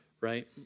right